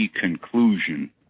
conclusion